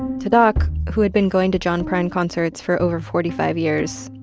to doc, who had been going to john prine concerts for over forty five years,